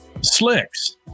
slicks